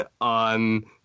on